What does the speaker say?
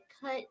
cut